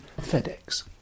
FedEx